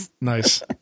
Nice